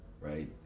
right